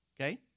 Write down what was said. Okay